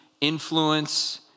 influence